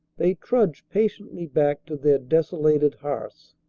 they trudge patiently back to their desolated hearths.